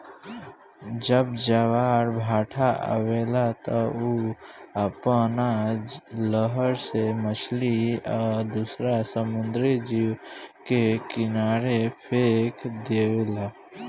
जब ज्वार भाटा आवेला त उ आपना लहर से मछली आ दुसर समुंद्री जीव के किनारे फेक देवेला